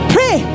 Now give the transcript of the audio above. Pray